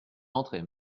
entrer